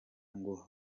ngo